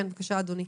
בבקשה, אדוני.